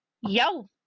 Yo